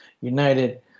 United